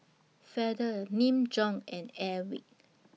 Feather Nin Jiom and Airwick